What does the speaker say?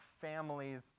families